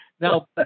Now